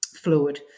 fluid